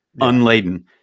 unladen